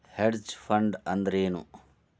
Hedge fund ಅಂದ್ರೇನು?